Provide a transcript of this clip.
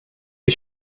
you